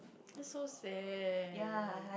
that's so sad